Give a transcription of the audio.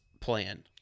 plan